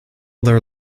their